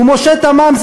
ומשה תמם,